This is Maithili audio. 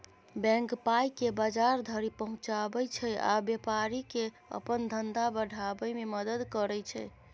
बैंक पाइकेँ बजार धरि पहुँचाबै छै आ बेपारीकेँ अपन धंधा बढ़ाबै मे मदद करय छै